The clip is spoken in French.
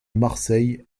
marseille